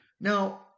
Now